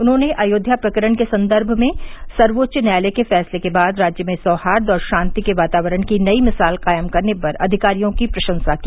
उन्होंने अयोध्या प्रकरण के सन्दर्भ में सर्वोच्च न्यायालय के फैसले के बाद राज्य में सौहार्द और शान्ति के वातावरण की नयी मिसाल कायम करने पर अधिकारियों की प्रशंसा की